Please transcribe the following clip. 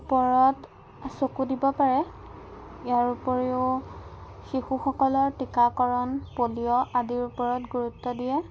ওপৰত চকু দিব পাৰে ইয়াৰ উপৰিও শিশুসকলৰ টীকাকৰণ পলিঅ' আদিৰ ওপৰত গুৰুত্ব দিয়ে